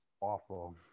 awful